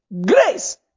Grace